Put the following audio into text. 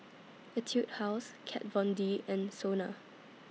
Etude House Kat Von D and Sona